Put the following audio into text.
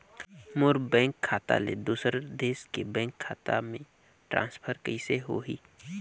मोर bank खाता ले दुसर देश के बैंक खाता मे ट्रांसफर कइसे होही?